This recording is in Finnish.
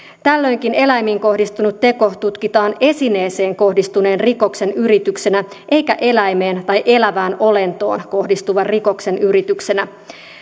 tällöinkin eläimiin kohdistunut teko tutkitaan esineeseen kohdistuneen rikoksen yrityksenä eikä eläimeen tai elävään olentoon kohdistuvan rikoksen yrityksenä